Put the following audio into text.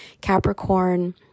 Capricorn